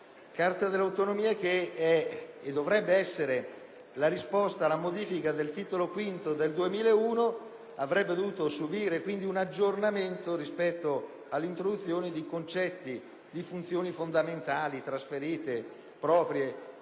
Carta delle autonomie. Questa dovrebbe essere la risposta alla modifica del Titolo V del 2001 e quindi avrebbe dovuto subire un aggiornamento rispetto all'introduzione di concetti e di funzioni fondamentali trasferite o proprie,